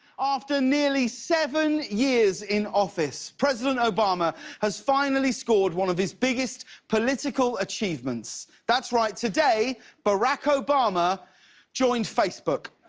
after nearly seven years in office, president obama has finally scored one of his biggest political achievements. that's right, today barack obama joined facebook.